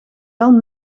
wel